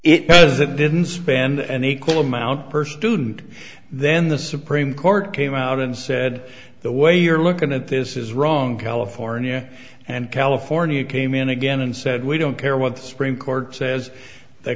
it didn't spend an equal amount per student then the supreme court came out and said the way you're looking at this is wrong california and california came in again and said we don't care what the supreme court says the